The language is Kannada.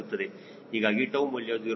ಹೀಗಾಗಿ 𝜏 ಮೌಲ್ಯ 0